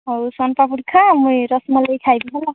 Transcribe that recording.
ହଉ ସୁନପାମ୍ପୁଡ଼ି ଖା ମୁଁ ରସମଲେଇ ଖାଇବି ହେଲା